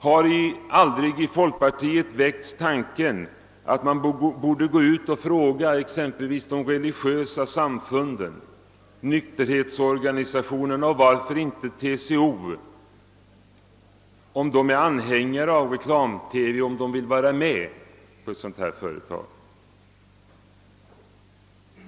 Har inom folkpartiet aldrig den tanken väckts, att man borde gå ut och fråga exempelvis de religiösa samfunden, nykterhetsorganisationerna och varför inte TCO, om de är anhängare av reklam-TV och om de vill vara med i ledningen för ett sådant företag.